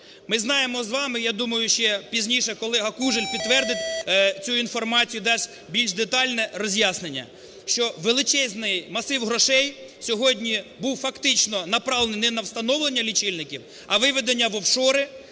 Ми знаємо з вами, я думаю, ще пізніше колега Кужель підтвердить цю інформацію, дасть більш детальне роз'яснення, що величезний масив грошей сьогодні був фактично направлений не на встановлення лічильників, а виведення в офшори,